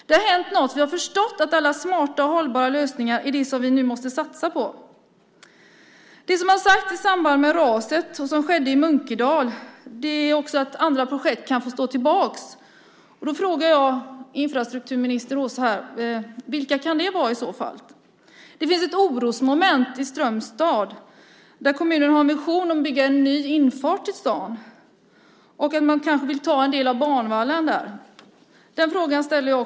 Det har hänt något, för jag har förstått att alla smarta och hållbara lösningar är det som vi nu måste satsa på. I samband med raset i Munkedal har det sagts att andra projekt kan få stå tillbaka. Jag frågar infrastrukturminister Åsa Torstensson: Vilka kan det vara i så fall? Det finns ett orosmoment i Strömstad, där kommunen har en vision om att bygga en ny infart till staden. Man kanske vill ta en del av banvallen där.